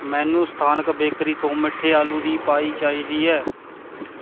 ਮੈਨੂੰ ਸਥਾਨਕ ਬੇਕਰੀ ਤੋਂ ਮਿੱਠੇ ਆਲੂ ਦੀ ਪਾਈ ਚਾਹੀਦੀ ਹੈ